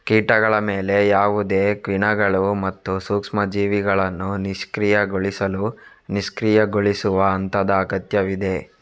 ಕೀಟಗಳ ಮೇಲೆ ಯಾವುದೇ ಕಿಣ್ವಗಳು ಮತ್ತು ಸೂಕ್ಷ್ಮ ಜೀವಿಗಳನ್ನು ನಿಷ್ಕ್ರಿಯಗೊಳಿಸಲು ನಿಷ್ಕ್ರಿಯಗೊಳಿಸುವ ಹಂತದ ಅಗತ್ಯವಿದೆ